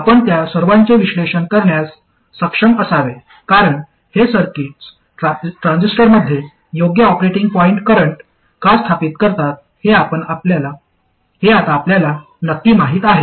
आपण त्या सर्वांचे विश्लेषण करण्यास सक्षम असावे कारण हे सर्किट्स ट्रान्झिस्टरमध्ये योग्य ऑपरेटिंग पॉईंट करंट का स्थापित करतात हे आता आपल्याला नक्की माहित आहे